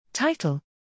Title